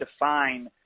define –